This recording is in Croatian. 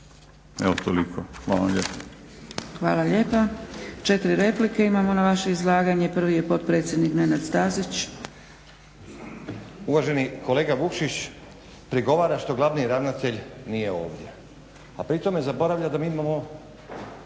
Dragica (SDP)** Hvala lijepa. Četiri replike imamo na vaše razlaganje. Prvi je potpredsjednik Nenad Stazić. **Stazić, Nenad (SDP)** Uvaženi kolega Vukšić, prigovora što glavni ravnatelj nije ovdje, a pri tome zaboravlja da mi imamo